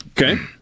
Okay